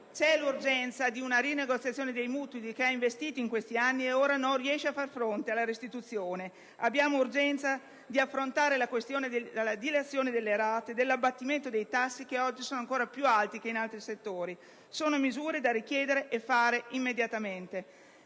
è l'urgenza di una rinegoziazione dei mutui di chi ha investito in questi anni e non riesce ora a far fronte alla restituzione. Abbiamo urgenza di affrontare la questione della dilazione delle rate e dell'abbattimento dei tassi che oggi sono ancora più alti che in altri settori. Sono misure da richiedere e attuare immediatamente.